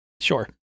Sure